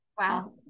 wow